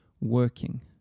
working